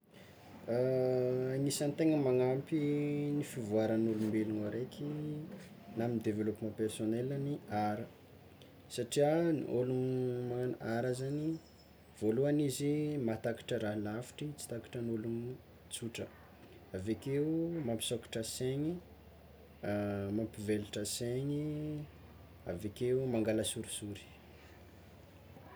Agnisan'ny tegna magnampy ny fivoaran'ny olombelogno araiky na ny developpement personnel-ny art satria ny ologno magnagno art zany voalohany izy mahatakatra raha lavitry tsy takatran'olo tsotra avekeo mampisôkatra saigny, mampivelatra saigny avekeo mangala sorisory.